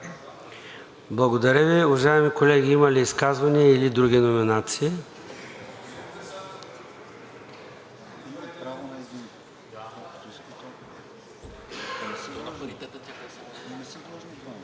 Благодаря Ви. Уважаеми колеги, има ли изказвания или други номинации?